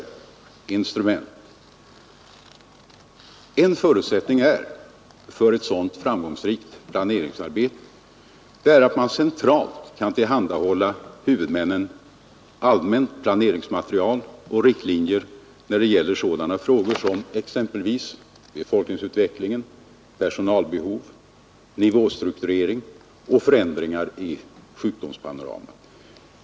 15 maj 1972 En förutsättning för ett sådant framgångsrikt planeringsarbete är att man centralt kan tillhandahålla huvudmännen allmänt planeringsmaterial och riktlinjer när det gäller sådana frågor som exempelvis befolkningsutveckling, personalbehov, nivåstrukturering och förändringar i sjukdomspanoramat.